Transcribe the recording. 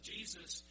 Jesus